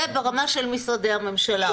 זה ברמה של משרדי הממשלה.